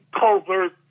covert